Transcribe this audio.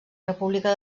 república